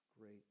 great